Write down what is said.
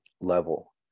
level